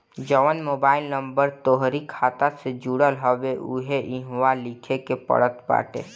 जवन mobile number तोहरी खाता से जुड़ल हवे उहवे इहवा लिखे के पड़त बाटे